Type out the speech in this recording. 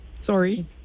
Sorry